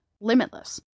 limitless